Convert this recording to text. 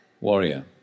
warrior